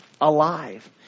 alive